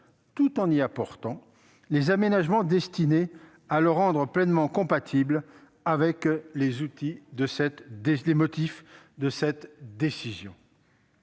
tout en y apportant les aménagements destinés à le rendre pleinement compatible avec les motifs de cette décision.